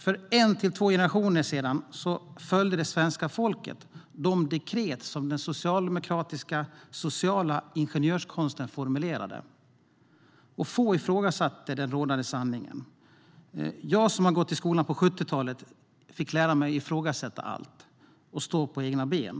För en till två generationer sedan följde svenska folket de dekret som den socialdemokratiska sociala ingenjörskonsten formulerade. Få ifrågasatte den rådande sanningen. Jag, som har gått i skolan på 70talet, fick i stället lära mig att ifrågasätta allt och stå på egna ben.